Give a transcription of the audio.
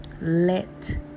Let